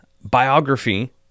biography